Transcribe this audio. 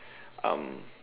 um